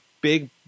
big